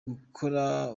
gukora